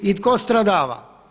I tko stradava?